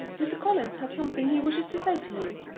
mr. collins has something he wishes to say to you.